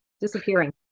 Disappearing